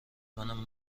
منم